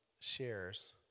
shares